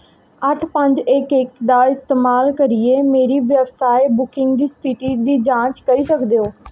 अट्ठ पंज इक इक दा इस्तेमाल करियै मेरी व्यवसाय बुकिंग दी स्थिति दी जांच करी सकदे ओ